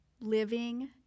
living